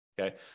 okay